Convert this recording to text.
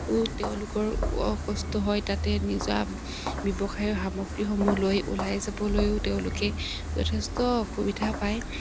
তেওঁলোকৰ কষ্ট হয় তাতে নিজৰ ব্যৱসায়ৰ সামগ্ৰীসমূহলৈ ওলাই যাবলৈও তেওঁলোকে যথেষ্ট অসুবিধা পায়